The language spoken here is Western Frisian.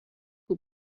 hoe